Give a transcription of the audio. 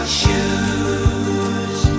shoes